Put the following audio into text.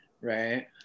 right